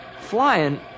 Flying